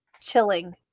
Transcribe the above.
chilling